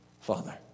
Father